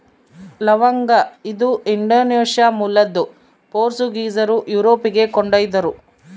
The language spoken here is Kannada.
ಲವಂಗ ಇದು ಇಂಡೋನೇಷ್ಯಾ ಮೂಲದ್ದು ಪೋರ್ಚುಗೀಸರು ಯುರೋಪಿಗೆ ಕೊಂಡೊಯ್ದರು